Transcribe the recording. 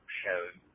shows